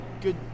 good